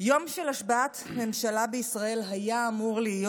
יום של השבעת ממשלה בישראל היה אמור להיות